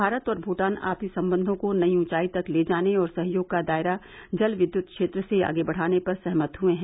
भारत और भूटान आपसी संबंधों को नई ऊंचाई तक ले जाने और सहयोग का दायरा जल विद्युत क्षेत्र से आगे बढ़ाने पर सहमत हुए हैं